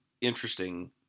interesting